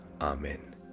Amen